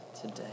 today